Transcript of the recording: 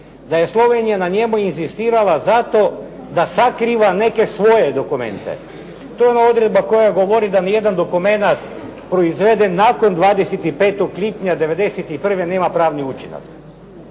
da je Slovenija na njemu inzistirala zato da sakriva neke svoje dokumente. To je ona odredba koja govori da nijedan dokumenat proizveden nakon 25. lipnja '91. nema pravni učinak,